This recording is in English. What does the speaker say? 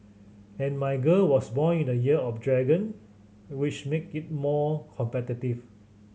and my girl was born in the Year of the Dragon which make it given more competitive